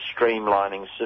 streamlining